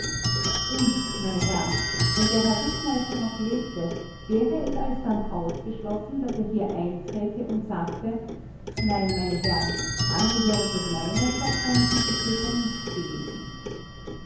und meine herren wenn der herr rittmeister noch lebte wäre es alsdann ausgeschlossen daß er hier hinträte und sagte nein meine herren angehörige meiner schwadron sind die täter nicht gewesen